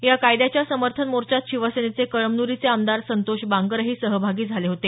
या कायद्याच्या समर्थन मोर्चात शिवसेनेचे कळमनुरीचे आमदार संतोष बांगरही सहभागी झाले होते